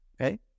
Okay